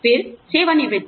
फिर सेवानिवृत्ति